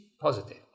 positive